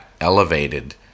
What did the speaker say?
elevated